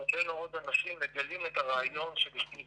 הרבה מאוד אנשים מגלים את הרעיון של אשפוז בית.